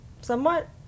somewhat